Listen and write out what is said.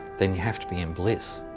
then you have to be in bliss.